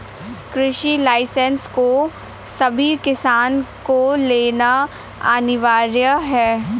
कृषि लाइसेंस को सभी किसान को लेना अनिवार्य है